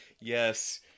Yes